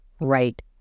right